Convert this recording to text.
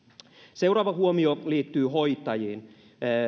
seuraava huomio liittyy hoitajiin